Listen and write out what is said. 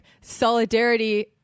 Solidarity